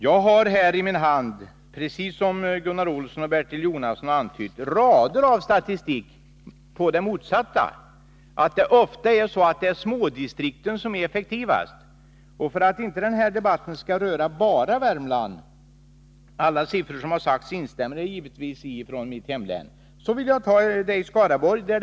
Jag har här i min hand mängder av statistik som visar det motsatta — precis som Gunnar Olsson och Bertil Jonasson antytt. Det är ofta smådistrikten som är effektivast. För att inte den här debatten skall röra enbart Värmland — i fråga om alla siffror som nämnts från mitt hemlän instämmer jag givetvis — vill jag ta ett exempel från Skaraborgs län.